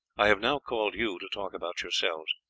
i have now called you to talk about yourselves.